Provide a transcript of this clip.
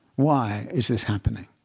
why is this happening?